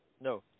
No